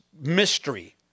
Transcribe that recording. mystery